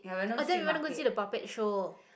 and then we want to go and see the puppet show